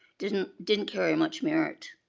didn't didn't carry much merit.